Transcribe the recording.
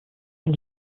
ein